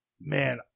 Man